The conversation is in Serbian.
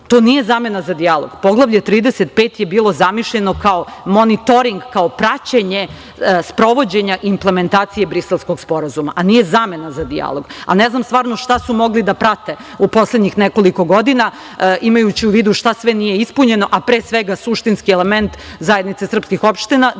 to nije zamena za dijalog. Poglavlje 35 je bilo zamišljeno kao monitoring, kao praćenje sprovođenja implementacije Briselskog sporazuma, a nije zamena za dijalog. Ne znam stvarno šta su mogli da prate u poslednjih nekoliko godina, imajući u vidu šta sve nije ispunjeno, a pre svega suštinski element, zajednica srpskih opština,